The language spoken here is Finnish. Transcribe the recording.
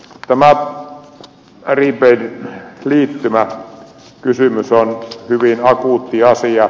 tämä prepaid liittymäkysymys on hyvin akuutti asia